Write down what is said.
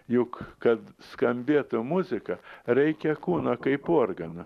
jug kad skambėtų muzika reikia kūno kaip organo